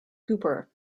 cooper